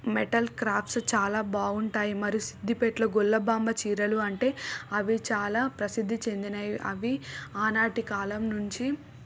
metal crafts చాలా బాగుంటాయి మరు సిద్దిపేటలో గొల్లభామ చీరలు అంటే అవి చాలా ప్రసిద్ధి చెందినవి అవి ఆనాటి కాలం నుంచి